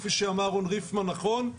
כפי שאמר און ריפמן נכון,